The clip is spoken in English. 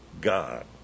God